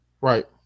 right